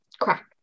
crack